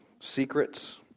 secrets